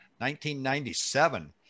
1997